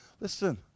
listen